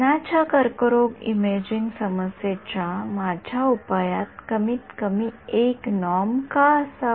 स्तनाच्या कर्करोग इमेजिंग समस्येच्या माझ्या उपायांत कमीतकमी १ नॉर्म का असावा